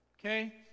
Okay